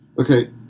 okay